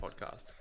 podcast